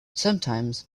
sometimes